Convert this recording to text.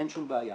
אין שום בעיה.